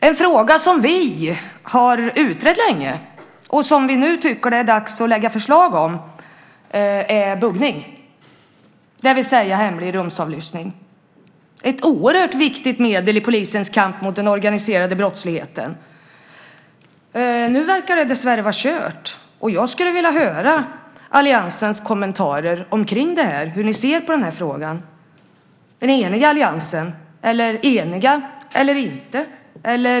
En fråga som vi har utrett länge och som vi nu tycker att det är dags att lägga fram förslag om är buggning, det vill säga hemlig rumsavlyssning. Det är ett oerhört viktigt medel i polisens kamp mot den organiserade brottsligheten. Nu verkar det dessvärre vara kört, och jag skulle vilja höra alliansens kommentarer till hur ni ser på frågan. Är ni eniga i alliansen, eller inte?